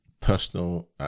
personal